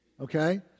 Okay